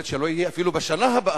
יכול להיות שלא יהיה אפילו בשנה הבאה.